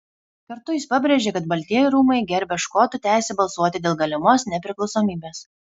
kartu jis pabrėžė kad baltieji rūmai gerbia škotų teisę balsuoti dėl galimos nepriklausomybės